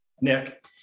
Nick